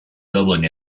doubling